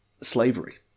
slavery